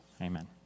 Amen